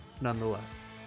nonetheless